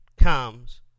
comes